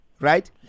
right